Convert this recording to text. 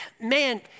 man